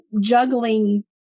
juggling